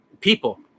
people